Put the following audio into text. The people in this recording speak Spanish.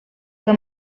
fue